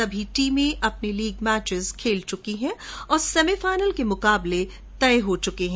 सभी टीमें अपनी लीग मैच खेल चुकी हैं और सेमीफाइनल के मुकाबले तय हो चुके हैं